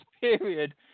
period